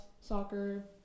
soccer